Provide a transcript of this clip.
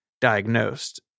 diagnosed